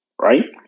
right